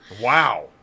Wow